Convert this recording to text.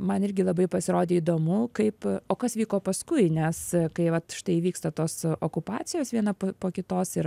man irgi labai pasirodė įdomu kaip o kas vyko paskui nes kai vat štai įvyksta tos okupacijos viena po kitos ir